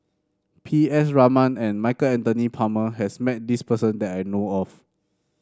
P S Raman and Michael Anthony Palmer has met this person that I know of